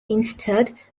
instead